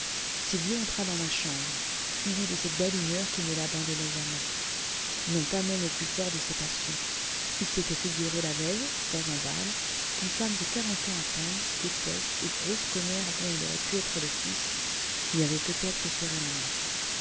sylvio entra dans ma chambre suivi de cette belle humeur qui ne l'abandonnait jamais non pas même au plus fort de ses passions il s'était figuré la veille dans un bal qu'une femme de quarante ans à peine épaisse et grosse commère dont il aurait pu être le fils lui avait peut-être serré la main